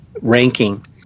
ranking